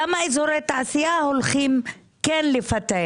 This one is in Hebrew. כמה אזורי תעשייה הולכים כן לפתח?